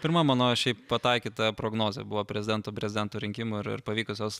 pirma mano šiaip pataikyta prognozė buvo prezidento prezidento rinkimų ir ir pavykusios